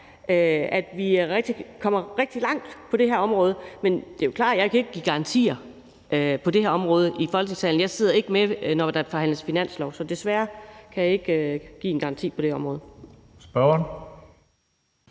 at vi kommer rigtig langt på det her område. Men det er klart, at jeg ikke kan give garantier på det her område i Folketingssalen. Jeg sidder ikke med, når der forhandles finanslov, så desværre kan jeg ikke give en garanti på det område. Kl.